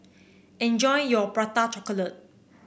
enjoy your Prata Chocolate